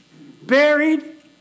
buried